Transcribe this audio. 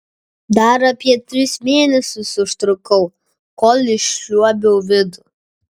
dar apie tris mėnesius užtrukau kol išliuobiau vidų